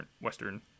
Western